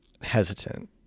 Hesitant